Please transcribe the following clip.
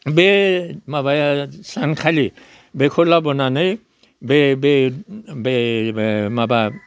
बे माबाया सानखालि बेखौ लाबोनानै बे बे बे ओइ माबा